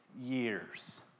years